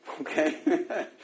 okay